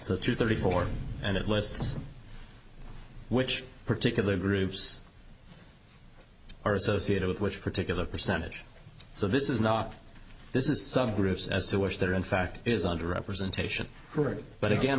so to thirty four and it lists which particular groups are associated with which particular percentage so this is not this is some groups as to which they are in fact is under representation correct but again